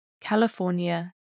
California